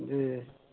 जी